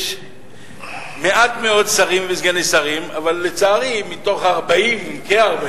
יש מעט מאוד שרים וסגני שרים, לצערי מתוך כ-40,